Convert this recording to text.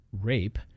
rape